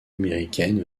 américaine